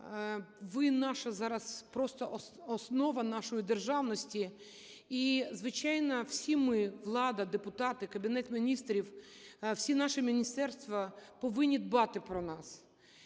– наша зараз просто основа нашої державності. І, звичайно, всі ми, влада, депутати, Кабінет Міністрів, всі наші міністерства повинні дбати про нас.